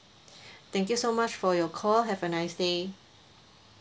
thank you so much for your call have a nice day